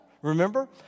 Remember